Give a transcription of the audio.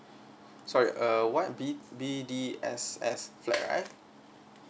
sorry uh what B_B_D_S_S flat right